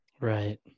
Right